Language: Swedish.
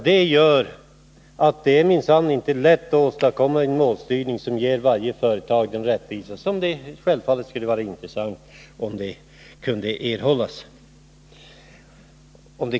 Detta gör att det minsann inte är lätt att åstadkomma en målstyrning som ger varje företagare den rättvisa som det självfallet skulle vara intressant att erhålla.